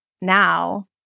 now